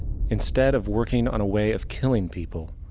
instead of working on a way of killing people,